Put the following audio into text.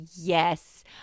yes